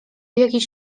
jakiś